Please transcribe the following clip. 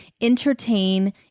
entertain